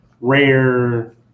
rare